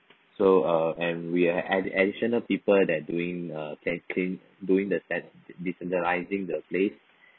so uh and we are add~ additional people that doing uh doing the san~ desenilising the place